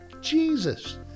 Jesus